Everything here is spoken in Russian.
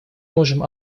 можем